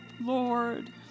Lord